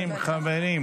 אבל תאפס לי.